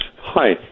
Hi